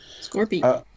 Scorpion